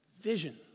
vision